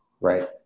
Right